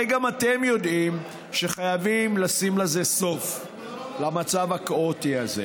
הרי גם אתם יודעים שחייבים לשים סוף למצב הכאוטי הזה.